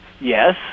Yes